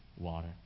water